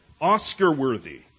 Oscar-worthy